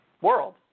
world